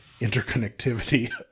interconnectivity